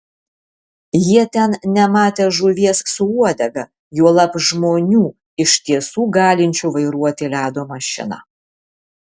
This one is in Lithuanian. jie ten nematę žuvies su uodega juolab žmonių iš tiesų galinčių vairuoti ledo mašiną